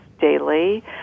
daily